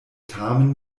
tamen